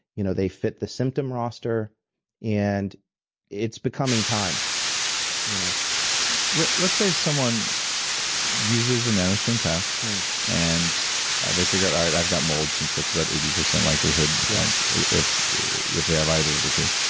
you know they fit the symptom roster and it's becoming time you know so let's say someone uses the nanostring tests and they figure out, i've got mold, since that's about eighty percent likelihood you know if if they have either of the two,